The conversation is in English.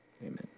Amen